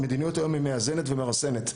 שהמדיניות היום היא מאזנת ומרסנת.